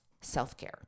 self-care